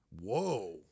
Whoa